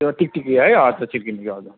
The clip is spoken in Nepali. त्यो टिकटिकै है हजुर हजुर